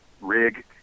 rig